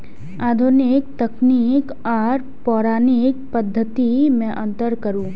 आधुनिक तकनीक आर पौराणिक पद्धति में अंतर करू?